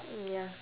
mm ya